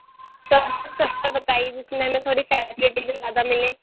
تھوڑا سا سَستا بتائیے جس میں ہمیں تھوڑی فیسلٹی بھی زیادہ ملیں